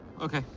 okay